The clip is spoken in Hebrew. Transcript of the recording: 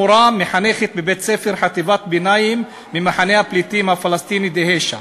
מורה מחנכת בבית-ספר חטיבת-ביניים במחנה הפליטים הפלסטיני דהיישה,